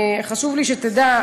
חשוב לי שתדע,